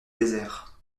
désert